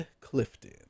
Clifton